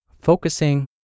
focusing